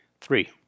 three